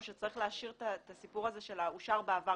שצריך להשאיר את הסיפור הזה של ה"אושר בעבר".